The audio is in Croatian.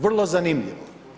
Vrlo zanimljivo.